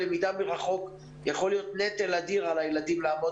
הלמידה מרחוק יכולה להיות נטל אדיר על התלמידים,